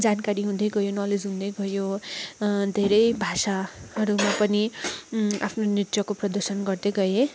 जानकारी हुँदै गयो नलेज हुँदै गयो धेरै भाषाहरूमा पनि आफ्नो नृत्यको प्रदर्शन गर्दै गएँ